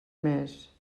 més